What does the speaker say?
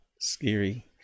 Scary